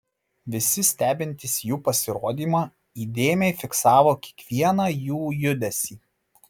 visi stebintys jų pasirodymą įdėmiai fiksavo kiekvieną jų judesį